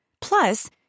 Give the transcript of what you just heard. Plus